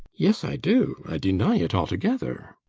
yes, i do. i deny it altogether!